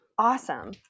awesome